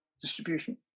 distribution